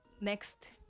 next